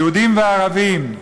יהודים וערבים.